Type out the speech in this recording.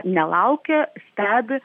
nelaukia stebi